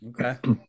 okay